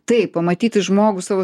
taip pamatyti žmogų savo